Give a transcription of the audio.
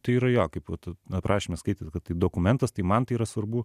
tai yra jo kaip vat aprašyme skaitėt kad tai dokumentas tai man tai yra svarbu